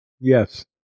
Yes